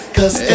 Cause